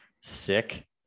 sick